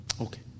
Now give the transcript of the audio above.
Okay